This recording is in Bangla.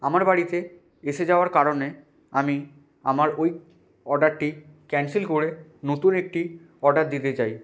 আমার বাড়িতে এসে যাওয়ার কারণে আমি আমার ওই অর্ডারটি ক্যানসেল করে নতুন একটি অর্ডার দিতে চাই